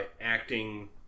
acting